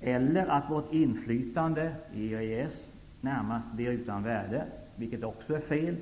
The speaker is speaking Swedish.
eller att vårt inflytande i EES närmast blir utan värde, vilket också är fel.